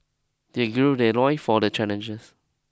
they gird their loins for the challenges